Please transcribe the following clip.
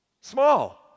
small